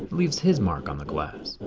leaves his mark on the glass.